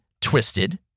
twisted